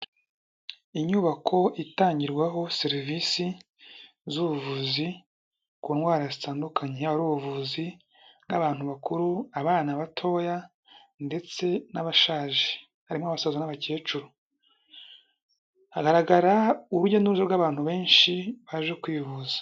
Inyubako itangirwaho serivisi z'ubuvuzi ku ndwara zitandukanye, yaba ari ubuvuzi bwa bantu bakuru, abana batoya ndetse n'abashaje, harimo abasaza n'abakecuru, hagaragara n'abantu benshi baje kwivuza.